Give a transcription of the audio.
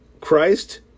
Christ